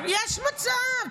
ביום ראשון זה יהיה --- יש מצב.